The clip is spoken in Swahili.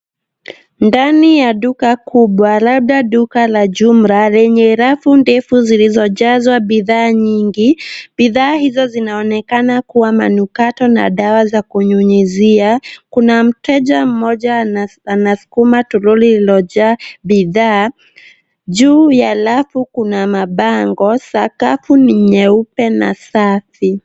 Ndani ya duka kubwa, labda duka la jumla lenye rafu ndefu zilizojazwa bidhaa nyingi. Bidhaa hizo zinaonekana kuwa manukato na dawa za kunyunyizia. Kuna mteja mmoja anasukuma toroli lililojaa bidhaa. Juu ya rafu kuna mabango. Sakafu ni nyeupe na safi.